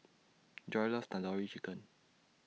Joi loves Tandoori Chicken